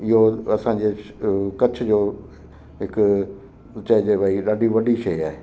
इहो असांजे कच्छ जो हिकु चइजे भई ॾाढी वॾी शइ आहे